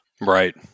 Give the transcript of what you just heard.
Right